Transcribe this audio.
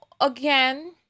again